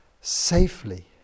safely